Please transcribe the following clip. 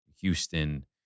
Houston